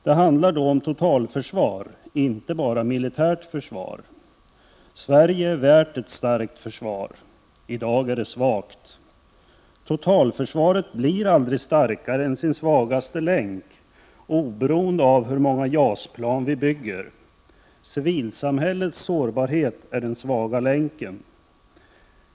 Det handlar då om totalförsvar — inte bara militärt försvar. Sverige är värt ett starkt försvar. I dag är det svagt. Totalförsvaret blir aldrig starkare än sin svagaste länk — oberoende av hur många JAS-plan vi bygger. Civilsamhällets sårbarhet är den svaga länken.